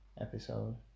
episode